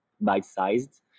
bite-sized